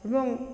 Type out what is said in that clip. ଏବଂ